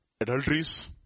Adulteries